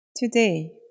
Today